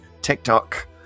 TikTok